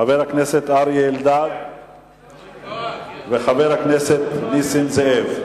חבר הכנסת אריה אלדד וחבר הכנסת נסים זאב.